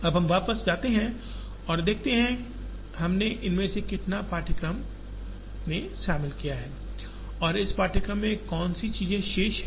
अब हम वापस जाते हैं और देखते हैं हमने इनमें से कितना पाठ्यक्रम में शामिल किया है और इस पाठ्यक्रम में कौन सी चीजें शेष हैं